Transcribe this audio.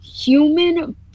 human